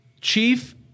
chief